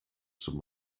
zum